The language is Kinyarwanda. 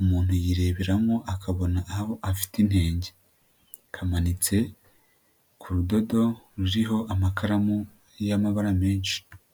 umuntu yireberamo akabona aho afite inenge, kamanitse ku rudodo ruriho amakaramu y'amabara menshi.